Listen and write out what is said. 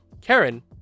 Karen